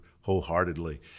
wholeheartedly